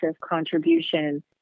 contribution